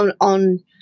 on